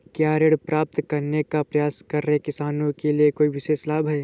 क्या ऋण प्राप्त करने का प्रयास कर रहे किसानों के लिए कोई विशेष लाभ हैं?